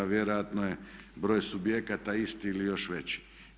Vjerojatno je broj subjekata isti ili još veći.